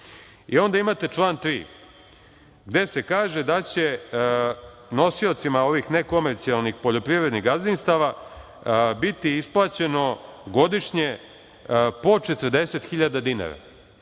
I onda imate član 3. gde se kaže da će nosiocima ovih nekomercijalnih poljoprivrednih gazdinstava biti isplaćeno godišnje po 40.000 dinara.